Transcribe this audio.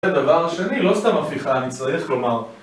זה דבר שני, לא סתם הפיכה, אני צריך לומר